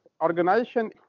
organization